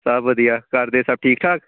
ਸਭ ਵਧੀਆ ਘਰਦੇ ਸਭ ਠੀਕ ਠਾਕ